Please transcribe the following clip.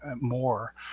more